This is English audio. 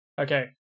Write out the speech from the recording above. okay